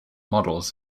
models